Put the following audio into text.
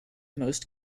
most